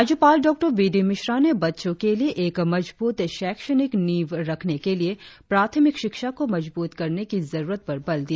राज्यपाल Dr B D Mishra ने बच्चों के लिए एक मजबूत शैक्षणिक नीव रखने के लिए प्राथमिक शिक्षा को मजब्रत करने की जरुरत पर बल दिया